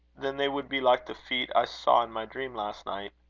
then they would be like the feet i saw in my dream last night.